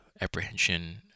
apprehension